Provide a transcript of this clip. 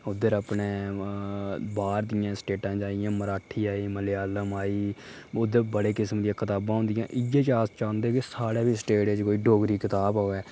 ओह्दे उप्पर अपने बाह्र दियां स्टेटां जि'यां मराठी आई मलयालम आई ओह् ते बड़े किस्म दियां कताबां होंदियां इ'यै जेहा अस चांह्दे कि साढ़ी बी स्टेट च कोई डोगरी दी कताब आवै